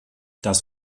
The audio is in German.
das